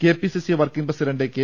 KPCC working president K